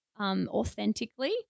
Authentically